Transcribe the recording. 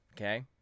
Okay